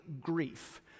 grief